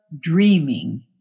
dreaming